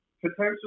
potentially